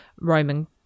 Roman